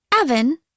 Evan